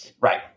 Right